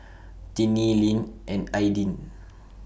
Tinnie Linn and Aidyn